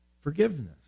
forgiveness